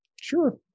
Sure